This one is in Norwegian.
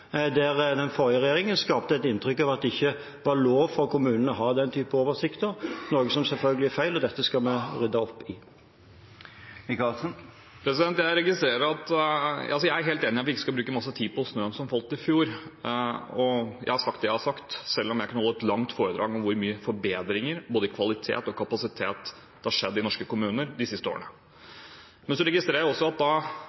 Den forrige regjeringen skapte et inntrykk av at det ikke var lov for kommunene å ha den typen oversikter, noe som selvfølgelig er feil, og dette skal vi rydde opp i. Jeg er helt enig i at vi ikke skal bruke masse tid på snøen som falt i fjor, og jeg har sagt det jeg har sagt, selv om jeg kunne holdt et langt foredrag om hvor mye forbedringer – både i kvalitet og kapasitet – som har skjedd i norske kommuner de siste årene. Men jeg registrerer også at når da